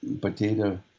potato